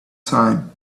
time